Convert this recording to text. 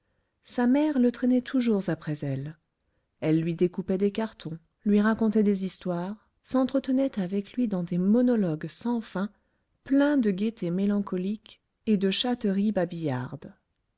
sa mère le traînait toujours après elle elle lui découpait des cartons lui racontait des histoires s'entretenait avec lui dans des monologues sans fin pleins de gaietés mélancoliques et de chatteries babillardes